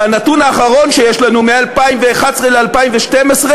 והנתון האחרון שיש לנו מ-2011 ל-2012,